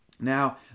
Now